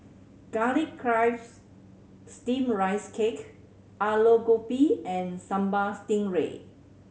Garlic Chives Steamed Rice Cake Aloo Gobi and Sambal Stingray